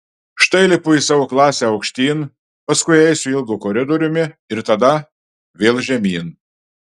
štai lipu į savo klasę aukštyn paskui eisiu ilgu koridoriumi ir tada vėl žemyn